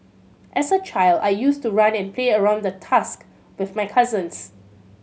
as a child I used to run and play around the tusk with my cousins